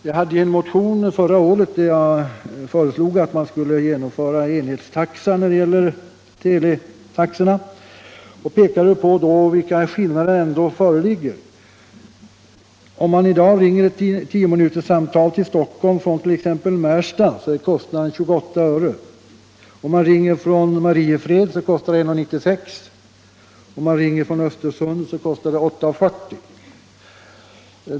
Förra året föreslog jag i en motion att man skulle genomföra en enhetsteletaxa och pekade på vilka skillnader som nu föreligger. Om man i dag ringer ett tiominuterssamtal till Stockholm från 1. ex. Märsta är kostnaden 28 öre, om man ringer från Mariefred kostar det 1:96 och om man ringer från Östersund kostar det 8:40 kr.